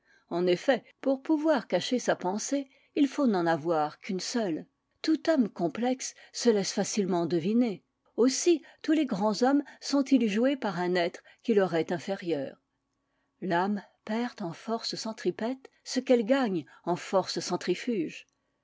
en eflfet pour pouvoir cacher sa pensée il faut n'en avoir qu'une seule tout homme complexe se laisse facilement deviner aussi tous les grands hommes sont-ils joués par un être qui leur est inférieur l'âme perd en force centripète ce qu'elle gagne en force centrifuge